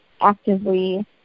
actively